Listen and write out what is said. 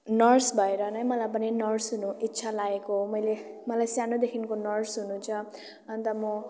nurse भएर नै मलाई पनि नर्स हुनु इच्छा लागेको हो मैले मलाई सानैदेखिको नर्स हुनु छ अन्त म